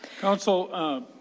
Council